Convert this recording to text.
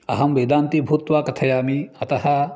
अहं वेदान्ती भूत्वा कथयामि अतः